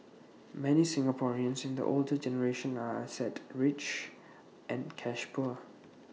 many Singaporeans in the older generation are asset rich and cash poor